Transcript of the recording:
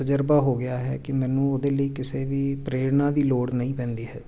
ਤਜ਼ਰਬਾ ਹੋ ਗਿਆ ਹੈ ਕਿ ਮੈਨੂੰ ਉਹਦੇ ਲਈ ਕਿਸੇ ਵੀ ਪ੍ਰੇਰਨਾ ਦੀ ਲੋੜ ਨਹੀਂ ਪੈਂਦੀ ਹੈ